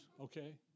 okay